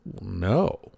no